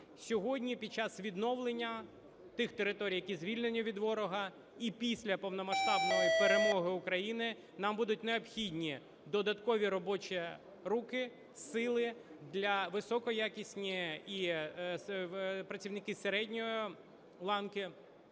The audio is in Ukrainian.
Сьогодні під час відновлення тих територій, які звільнені від ворога, і після повномасштабної перемоги України нам будуть необхідні додаткові робочі руки, сили, високоякісні і працівники середньої ланки